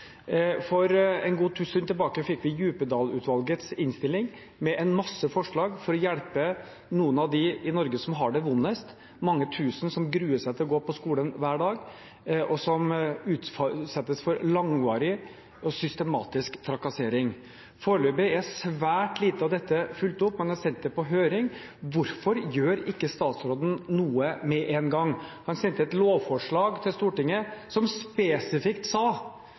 For en god stund tilbake fikk vi Djupedal-utvalgets innstilling, med en masse forslag for å hjelpe noen av dem i Norge som har det vondest, mange tusen som gruer seg til å gå på skolen hver dag, og som utsettes for langvarig og systematisk trakassering. Foreløpig er svært lite av dette fulgt opp. Man har sendt det på høring. Hvorfor gjør ikke statsråden noe med en gang? Han sendte et lovforslag til Stortinget som spesifikt sa